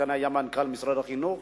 שהיה מנכ"ל משרד החינוך.